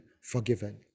forgiven